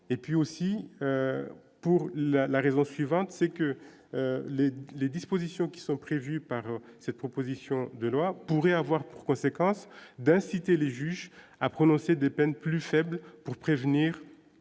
et puis aussi pour la raison suivante, c'est que les les dispositions qui sont prévues par cette proposition de loi pourrait avoir pour conséquence d'inciter les juges à prononcer des peines plus faible pour prévenir,